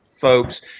folks